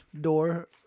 door